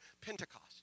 Pentecost